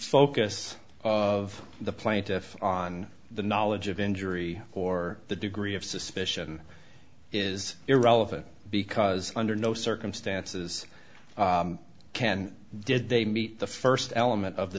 focus of the plaintiff on the knowledge of injury or the degree of suspicion is irrelevant because under no circumstances can did they meet the first element of the